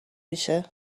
میشه